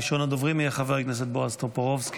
ראשון הדוברים יהיה חבר הכנסת בועז טופורובסקי,